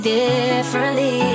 differently